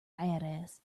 badass